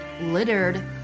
littered